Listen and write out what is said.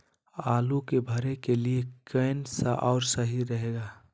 आलू के भरे के लिए केन सा और सही रहेगा?